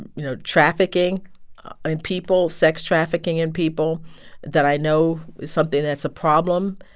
you know, trafficking in people sex trafficking in people that i know is something that's a problem?